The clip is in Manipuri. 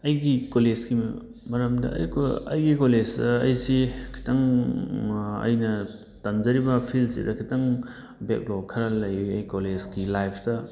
ꯑꯩꯒꯤ ꯀꯣꯂꯦꯖꯀꯤ ꯃꯔꯝꯗ ꯑꯩꯒꯤ ꯀꯣꯂꯦꯖꯇ ꯑꯩꯁꯤ ꯈꯤꯇꯪ ꯑꯩꯅ ꯇꯝꯖꯔꯤꯕ ꯐꯤꯜꯁꯤꯗ ꯈꯤꯇꯪ ꯕꯦꯛ ꯂꯣꯛ ꯈꯔ ꯂꯩꯔꯦ ꯀꯣꯂꯦꯖꯀꯤ ꯂꯥꯏꯐꯇ